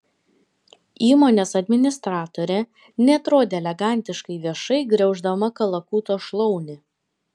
įmonės administratorė neatrodė elegantiškai viešai griauždama kalakuto šlaunį